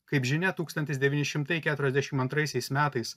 kaip žinia tūkstantis devyni šimtai keturiasdešim antraisiais metais